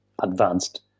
advanced